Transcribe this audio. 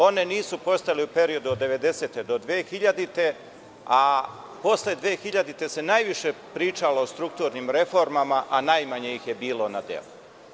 One nisu postojale u periodu od 1990. godine do2000. godine, a posle 2000. godine se najviše pričalo o strukturnim reformama, a najmanje ih je bilo na delu.